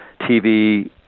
TV